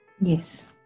Yes